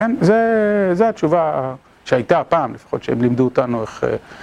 כן, זו התשובה שהייתה פעם לפחות שהם לימדו אותנו איך...